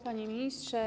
Panie Ministrze!